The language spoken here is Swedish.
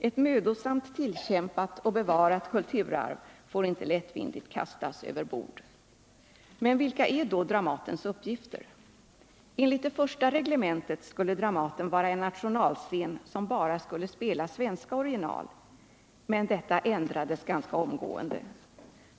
Ett mödosamt tillkämpat och bevarat kulturarv får inte lättvindigt kastas över bord. Men vilka är då Dramatens uppgifter? Enligt det första reglementet skulle Dramaten vara en nationalscen, som bara skulle spela svenska original, men detta ändrades ganska omgående.